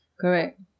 correct